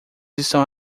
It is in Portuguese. estão